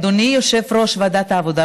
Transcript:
אדוני יושב-ראש ועדת העבודה,